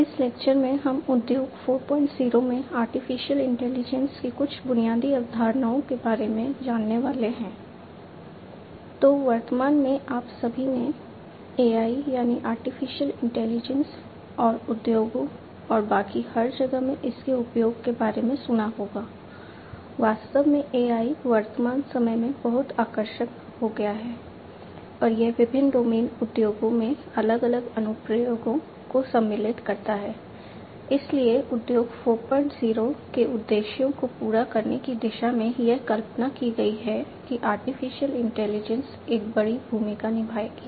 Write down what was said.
इस लेक्चर में हम उद्योग 40 में आर्टिफिशियल इंटेलिजेंस एक बड़ी भूमिका निभाएगी